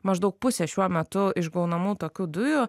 maždaug pusė šiuo metu išgaunamų tokių dujų